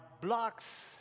blocks